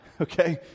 okay